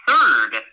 third